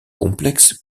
complexes